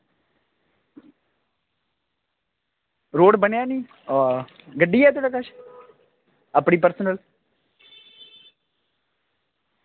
road बनेआ निं कोई गड्डी ऐ थुआढ़े कश अपनी पर्सनल